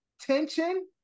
tension